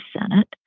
Senate